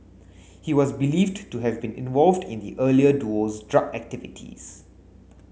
he was believed to have been involved in the earlier duo's drug activities